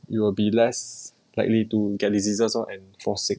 you will be less likely to get diseases lor and fall sick